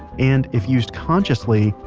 and if used consciously,